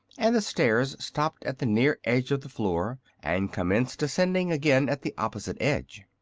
and the stairs stopped at the near edge of the floor and commenced ascending again at the opposite edge.